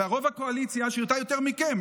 ורוב הקואליציה שירתה יותר מכם.